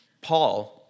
Paul